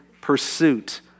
pursuit